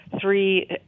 three